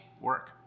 work